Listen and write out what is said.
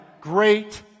great